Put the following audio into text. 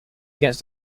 against